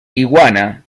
iguana